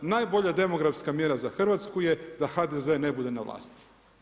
Najbolja demografska mjera za Hrvatsku je da HDZ ne bude na vlasti.